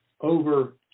over